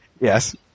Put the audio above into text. yes